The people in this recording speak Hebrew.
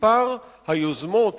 מספר היוזמות